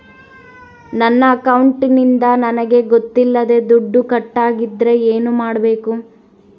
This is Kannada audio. ನನ್ನ ಅಕೌಂಟಿಂದ ನನಗೆ ಗೊತ್ತಿಲ್ಲದೆ ದುಡ್ಡು ಕಟ್ಟಾಗಿದ್ದರೆ ಏನು ಮಾಡಬೇಕು?